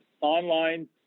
online